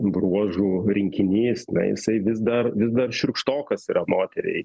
bruožų rinkinys na jisai vis dar vis dar šiurkštokas yra moteriai